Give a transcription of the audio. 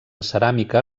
ceràmica